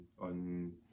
on